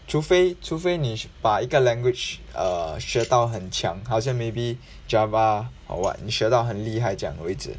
除非除非你把一个 language err 学到很强好像 maybe java or what 你学到很厉害这样为止